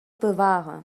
bewahre